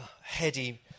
heady